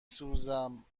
سوزم